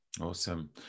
Awesome